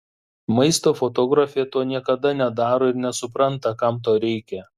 maisto fotografė to niekada nedaro ir nesupranta kam to reikia